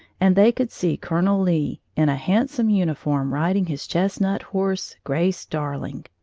and they could see colonel lee, in a handsome uniform, riding his chestnut horse, grace darling.